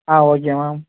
ah okay ma'am